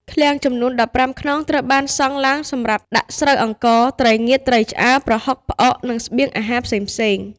ឃ្លាំងចំនួន ១៥ ខ្នងត្រូវបានសង់ឡើងសម្រាប់ដាក់ស្រូវអង្ករ ត្រីងៀត ត្រីឆ្អើរ ប្រហុក ផ្អក និងស្បៀងអាហារផ្សេងៗ។